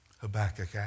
Habakkuk